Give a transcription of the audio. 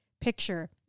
picture